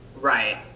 Right